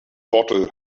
bottle